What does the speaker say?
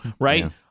right